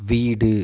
வீடு